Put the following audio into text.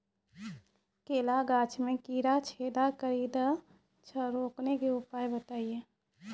केला गाछ मे कीड़ा छेदा कड़ी दे छ रोकने के उपाय बताइए?